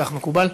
כך מקובל.